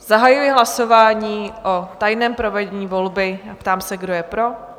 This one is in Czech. Zahajuji hlasování o tajném provedení volby a ptám se, kdo je pro?